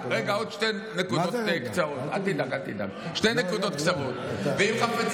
חבר הכנסת אלעזר שטרן, תודה רבה.